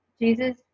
Jesus